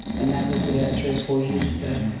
and that was about three or four years ago.